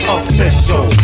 official